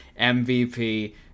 mvp